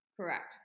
Correct